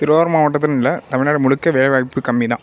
திருவாரூர் மாவட்டத்துலன்னு இல்லை தமிழ்நாடு முழுக்க வேலைவாய்ப்பு கம்மி தான்